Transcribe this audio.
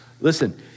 Listen